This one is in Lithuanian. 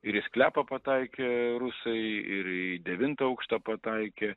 ir į sklepą pataikė rusai ir į devintą aukštą pataikė